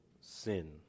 sin